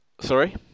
Sorry